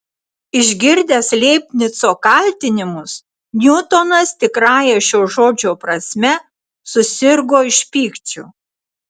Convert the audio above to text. išgirdęs leibnico kaltinimus niutonas tikrąja šio žodžio prasme susirgo iš pykčio